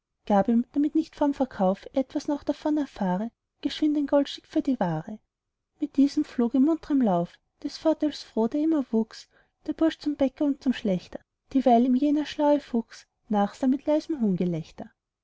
gab ihm damit nicht vorm verkauf er etwas noch davon erfahre geschwind ein goldstück für die ware mit diesem flog in muntrem lauf des vorteils froh der ihm erwuchs der bursch zum bäcker und zum schlächter dieweil ihm jener schlaue fuchs nachsah mit leisem